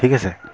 ঠিক আছে